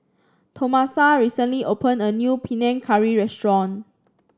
Tomasa recently opened a new Panang Curry restaurant